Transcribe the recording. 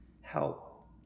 help